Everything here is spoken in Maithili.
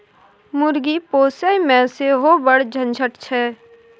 मुर्गी पोसयमे सेहो बड़ झंझट छै